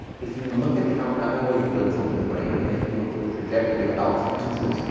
if you look at how amyloid builds up in the brain, and if you look at the trajectory of alzheimer's disease,